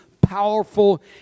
powerful